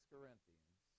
Corinthians